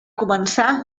començar